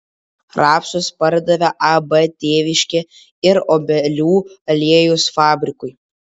rapsus pardavė ab tėviškė ir obelių aliejaus fabrikui